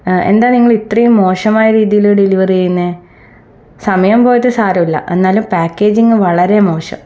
എന്താ നിങ്ങൾ ഇത്രയും മോശമായ രീതിയിൽ ഡെലിവറി ചെയ്യുന്നത് സമയം പോയത് സാരമില്ല എന്നാലും പേക്കേജിങ് വളരെ മോശം